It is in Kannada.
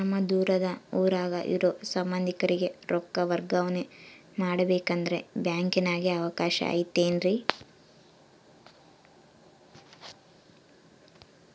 ನಮ್ಮ ದೂರದ ಊರಾಗ ಇರೋ ಸಂಬಂಧಿಕರಿಗೆ ರೊಕ್ಕ ವರ್ಗಾವಣೆ ಮಾಡಬೇಕೆಂದರೆ ಬ್ಯಾಂಕಿನಾಗೆ ಅವಕಾಶ ಐತೇನ್ರಿ?